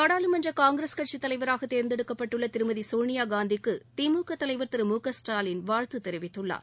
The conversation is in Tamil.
நாடாளுமன்ற காங்கிரஸ் கட்சித் தலைவராக தேர்ந்தெடுக்கப்பட்டுள்ள திருமதி சோனியாகாந்திக்கு திமுக தலைவர் திரு மு க ஸ்டாலின் வாழ்த்து தெரிவித்துள்ளார்